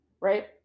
Right